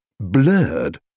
blurred